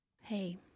Hey